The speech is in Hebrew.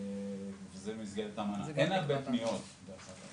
אין הרבה פניות, דרך אגב.